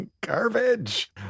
Garbage